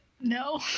No